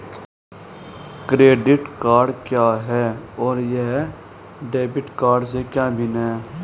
Credit card क्या है और यह डेबिट कार्ड से कैसे भिन्न है?